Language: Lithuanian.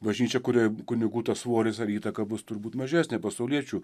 bažnyčią kurioj kunigų tas svoris ar įtaka bus turbūt mažesnė pasauliečių